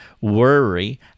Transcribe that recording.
worry